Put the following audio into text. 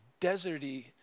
deserty